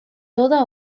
toda